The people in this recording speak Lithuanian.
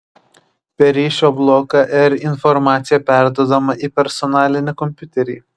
per ryšio bloką r informacija perduodama į personalinį kompiuterį